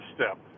Step